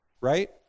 right